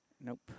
Nope